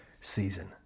season